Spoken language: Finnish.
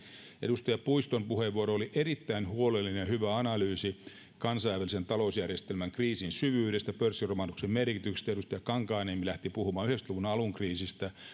edustaja puiston puheenvuoro oli erittäin huolellinen ja hyvä analyysi kansainvälisen talousjärjestelmän kriisin syvyydestä ja pörssiromahduksen merkityksestä edustaja kankaanniemi lähti puhumaan yhdeksänkymmentä luvun alun kriisistä